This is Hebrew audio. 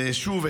ושוב,